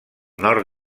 nord